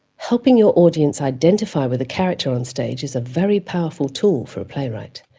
helping your audience identify with the character on stage is a very powerful tool for a playwright.